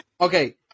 Okay